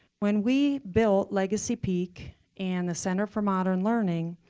when we build legacy peak and the center for modern learning,